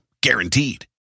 Guaranteed